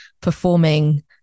performing